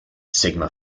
sigma